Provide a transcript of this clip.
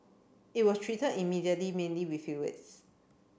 it was treated immediately mainly with fluids